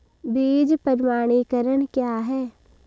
बीज प्रमाणीकरण क्या है?